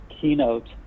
keynote